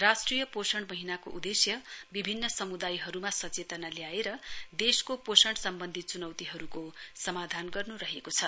राष्ट्रिय पोषण महीनाको उद्देश्य विभिन्न समुदायहरूमा सचेतना ल्याएर देशको पोषण सम्बन्धी चुनौतीहरूको समाधान गर्नु रहेको छ